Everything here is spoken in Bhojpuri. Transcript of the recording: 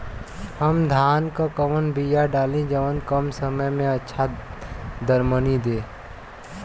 हम धान क कवन बिया डाली जवन कम समय में अच्छा दरमनी दे?